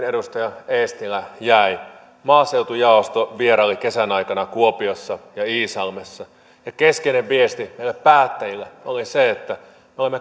edustaja eestilä jäi maaseutujaosto vieraili kesän aikana kuopiossa ja iisalmessa ja keskeinen viesti meille päättäjille oli se että vaikka me olemme